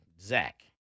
Zach